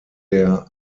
der